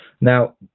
now